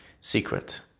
secret